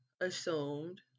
assumed